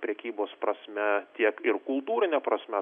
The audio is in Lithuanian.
prekybos prasme tiek ir kultūrine prasme